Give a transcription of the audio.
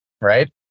Right